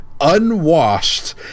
Unwashed